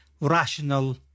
rational